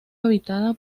habitada